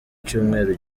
cyumweru